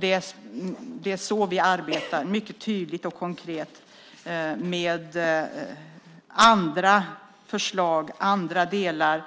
Det är så vi tydligt och konkret arbetar. Det handlar om andra förslag,